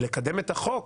לקדם את החוק